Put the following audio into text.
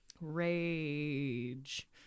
rage